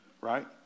Right